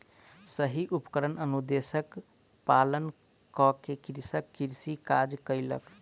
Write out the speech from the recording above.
सही उपकरण अनुदेशक पालन कअ के कृषक कृषि काज कयलक